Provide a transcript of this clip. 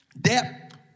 depth